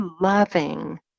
loving